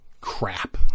Crap